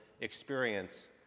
experience